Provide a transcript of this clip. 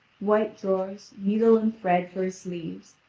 white drawers, needle and thread for his sleeves,